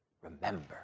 remember